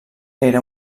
era